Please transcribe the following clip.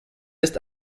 ist